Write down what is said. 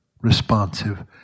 responsive